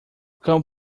cão